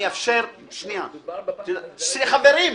מדובר --- חברים,